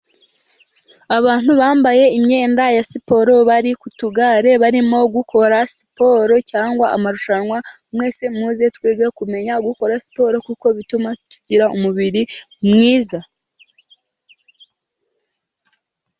Abantu bambaye imyenda ya siporo bari kutugare barimo gukora siporo cyangwa amarushanwa, mwese muze twige kumenya gukora siporo, kuko bituma tugira umubiri mwiza.